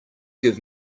give